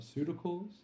pharmaceuticals